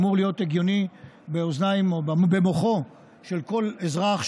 אמור להיות הגיוני באוזניו או במוחו של כל אזרח,